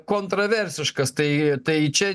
kontraversiškas tai tai čia